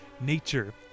Nature